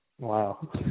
Wow